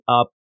up